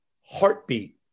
heartbeat